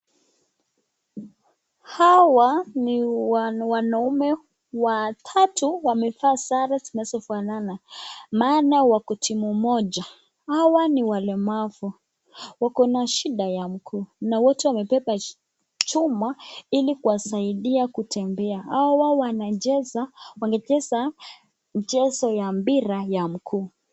Hawa ni wanaume watatu wamevaa sare zinazofanana maana wako timu moja hawa ni walemavu wako na shida ya mguu na wote wamebeba chuma ili kuwasaidia kutembea. Hawa wanacheza mchezo ya mpira ya mguu.